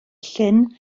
llyn